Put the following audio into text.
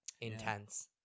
Intense